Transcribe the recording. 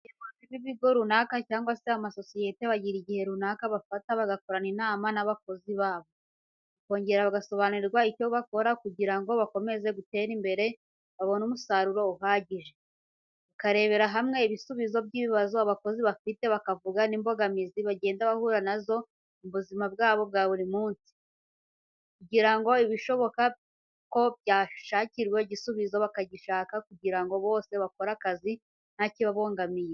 Abayobozi b'ibigo runaka cyangwa se amasosiyete bagira igihe runaka bafata bagakorana inama n'abakozi babo, bakongera bagasobanurirwa icyo bakora kugira ngo bakomeze batere imbere babone umusaruro uhagije, hakareberwa hamwe ibisubizo by'ibibazo abakozi bafite bakavuga n'imbogamizi bagenda bahura nazo mu buzima bwabo bwa buri munsi, kugira ngo ibishoboka ko byashakirwa igisubizo bakagishaka kugira ngo bose bakore akazi ntakibabangamiye.